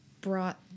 brought